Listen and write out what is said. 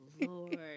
lord